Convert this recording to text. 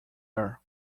air